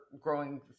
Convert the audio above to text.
growing